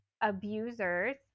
abusers